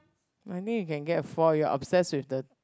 I mean you can get for your upstairs with the